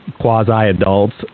quasi-adults